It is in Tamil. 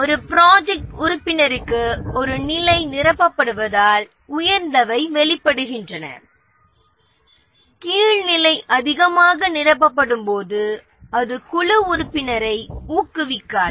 ஒரு ப்ராஜெக்ட் உறுப்பினருக்கு ஒரு நிலை நிரப்பப்படுவதால் உயர்ந்தவை வெளிப்படுகின்றன கீழ் நிலை அதிகமாக நிரப்பப்படும்போது அது குழு உறுப்பினரை ஊக்குவிக்காது